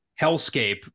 hellscape